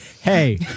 Hey